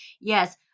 Yes